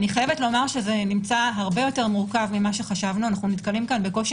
זה נמצא הרבה יותר מורכב ממה שחשבנו אנחנו נתקלים כאן בקושי